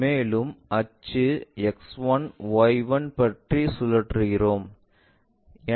மேலும் இந்த அச்சு X1Y1 பற்றி சுழற்றுகிறோம்